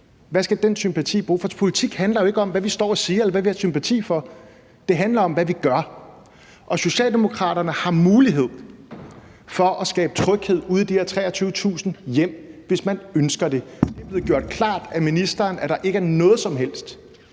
Hvad skal den sympati bruges til? Politik handler jo ikke om, hvad vi står og siger, eller hvad vi har sympati for. Det handler om, hvad vi gør, og Socialdemokraterne har mulighed for at skabe tryghed ude i de her 23.000 hjem, hvis man ønsker det. Det er blevet gjort klart af den fungerende minister, at der ikke er noget som helst